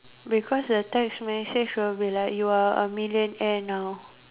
because the text message will be like you are a millionaire now